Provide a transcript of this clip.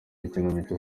ikinamico